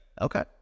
Okay